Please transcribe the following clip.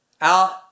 out